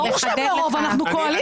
ברור שהם לא רוב, אנחנו קואליציה.